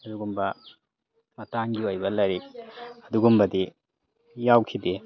ꯑꯗꯨꯒꯨꯝꯕ ꯃꯇꯥꯡꯒꯤ ꯑꯣꯏꯕ ꯂꯥꯏꯔꯤꯛ ꯑꯗꯨꯒꯨꯝꯕꯗꯤ ꯌꯥꯎꯈꯤꯗꯦ